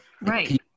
right